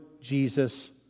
Jesus